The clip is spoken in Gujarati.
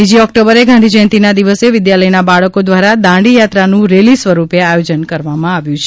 બીજી ઓક્ટોબરે ગાંધી જયંતિના દિવસે વિદ્યાલયના બાળકો દ્વારા દાંડી યાત્રાનું રેલી સ્વરૂપે આયોજન કરવામાં આવ્યું છે